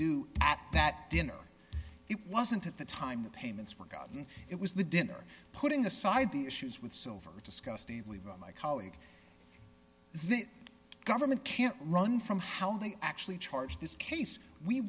at that dinner it wasn't at the time the payments were gotten it was the dinner putting aside the issues with silver discussed the we both my colleague the government can't run from how they actually charge this case we